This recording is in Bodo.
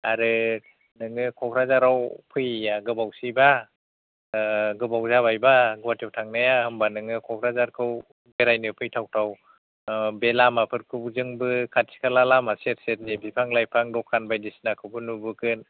आरो नोंङो क'क्राझाराव फैयैआ गोबावसैबा गोबाव जाबायबा गुवाहाटिआव थांनाया होनबा नोंङो क'क्राझारखौ बेरायनो फैथाव थाव बे लामाफोरखौ जोंबो खाथि खाला लामा सेर सेरनि बिफां लाइफां दखान बायदि सिनाखौबो नुबोगोन